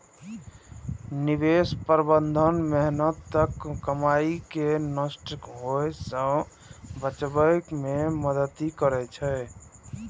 निवेश प्रबंधन मेहनतक कमाई कें नष्ट होइ सं बचबै मे मदति करै छै